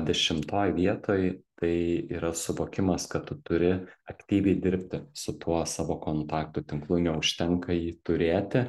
dešimtoj vietoj tai yra suvokimas kad tu turi aktyviai dirbti su tuo savo kontaktų tinklu neužtenka jį turėti